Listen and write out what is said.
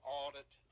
audit